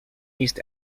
east